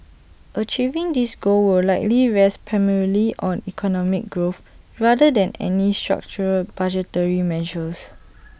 achieving this goal will likely rest primarily on economic growth rather than any structural budgetary measures